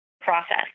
process